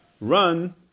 run